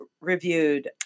reviewed